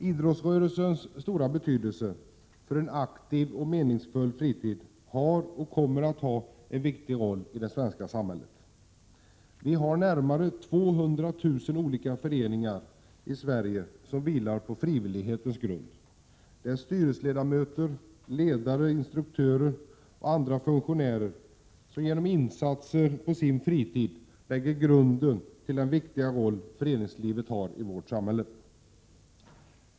Idröttsrörelsen har haft och kommer att ha en viktig roll i det svenska samhället när det gäller en aktiv och meningsfull fritid. Vi har närmare 200 000 olika föreningar i Sverige som vilar på frivillighetens grund. Det är styrelseledamöter, ledare, instruktörer och andra funktionärer som genom insatser på sin fritid lägger grunden till den viktiga roll föreningslivet har i vårt samhälle.